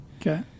Okay